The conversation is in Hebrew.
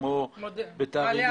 כמו ביתר,